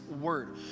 word